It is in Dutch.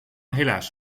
helaas